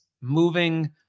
moving